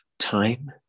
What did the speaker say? time